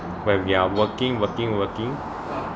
where we are working working working